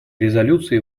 резолюции